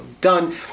done